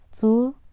two